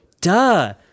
duh